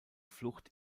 flucht